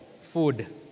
food